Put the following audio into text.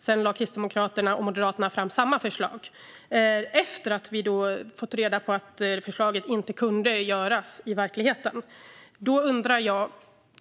Sedan lade Kristdemokraterna och Moderaterna fram samma förslag efter att vi fått reda på att förslaget inte kunde genomföras i verkligheten.